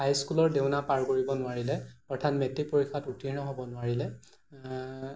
হাইস্কুলৰ ডেওনা পাৰ কৰিব নোৱাৰিলে অৰ্থাৎ মেট্ৰিকত উত্তীৰ্ণ হ'ব নোৱাৰিলে